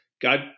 God